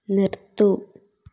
നിർത്തൂ